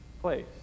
place